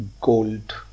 gold